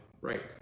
right